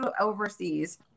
overseas